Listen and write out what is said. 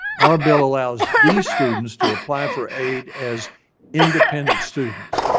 our bill allows these students to apply for aid as independent students,